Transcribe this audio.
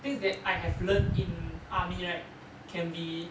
things that I have learnt in army right can be